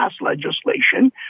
legislation